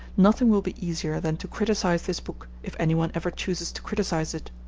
nothing will be easier than to criticise this book, if anyone ever chooses to criticise it.